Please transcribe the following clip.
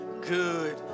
good